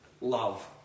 Love